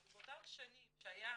אבל באותן שנים שהיה